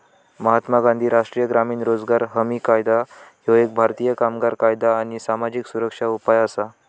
महात्मा गांधी राष्ट्रीय ग्रामीण रोजगार हमी कायदा ह्यो एक भारतीय कामगार कायदा आणि सामाजिक सुरक्षा उपाय असा